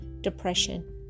depression